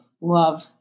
love